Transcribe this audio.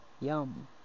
Yum